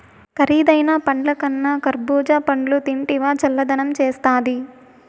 కరీదైన పండ్లకన్నా కర్బూజా పండ్లు తింటివా చల్లదనం చేస్తాది